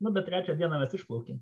nu bet trečią dieną mes išplaukėm